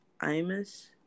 Imus